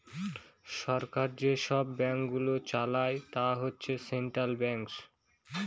সরকার যেসব ব্যাঙ্কগুলো চালায় তারা হচ্ছে সেন্ট্রাল ব্যাঙ্কস